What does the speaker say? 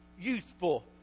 youthful